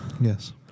Yes